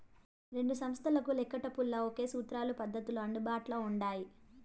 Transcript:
రెండు సంస్తలకు లెక్కేటపుల్ల ఒకే సూత్రాలు, పద్దతులు అందుబాట్ల ఉండాయి